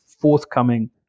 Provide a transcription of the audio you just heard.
forthcoming